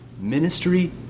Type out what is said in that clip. Ministry